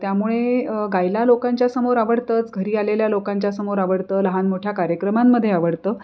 त्यामुळे गायला लोकांच्यासमोर आवडतंच घरी आलेल्या लोकांच्यासमोर आवडतं लहान मोठ्या कार्यक्रमांमध्ये आवडतं